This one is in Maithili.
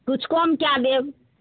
किछु कम कए देब